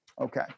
Okay